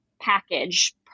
package